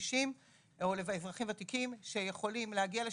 לקשישים או לאזרחים ותיקים שיכולים להגיע לשם.